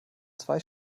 zwei